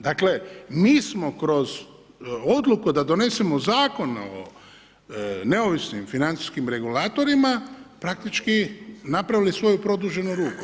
Dakle mi smo kroz odluku da donesemo zakon o neovisnim financijskim regulatorima, praktički napravili svoju produženu ruku.